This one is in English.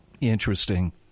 Interesting